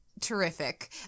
terrific